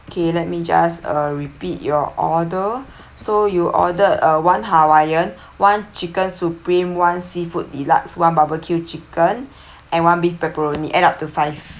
okay let me just uh repeat your order so you ordered uh one hawaiian one chicken supreme one seafood delights one barbecue chicken and one beef pepperoni and up to five